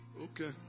Okay